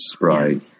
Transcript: Right